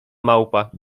małpa